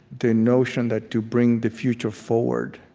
the notion that to bring the future forward